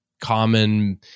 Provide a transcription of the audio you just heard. common